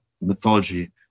mythology